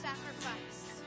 Sacrifice